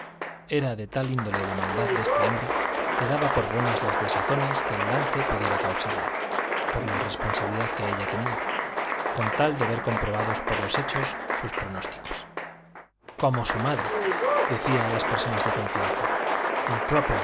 era de tal índole la maldad de esta hembra que daba por buenas las desazones que el lance pudiera causarle por la responsabilidad que ella tenía con tal de ver comprobados por los hechos sus pronósticos como su madre decía a las personas de confianza